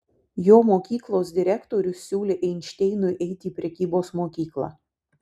jo mokyklos direktorius siūlė einšteinui eiti į prekybos mokyklą